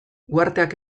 uharteak